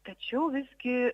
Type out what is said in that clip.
tačiau visgi